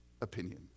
opinion